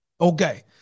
Okay